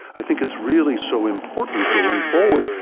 i think it's really so important going forward.